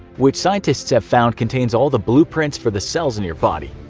which scientists have found contains all the blueprints for the cells in your body,